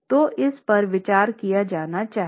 तो इस पर विचार किया जाना चाहिए